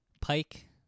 pike